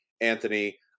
anthony